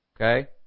Okay